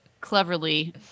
cleverly